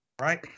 Right